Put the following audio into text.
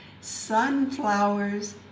Sunflowers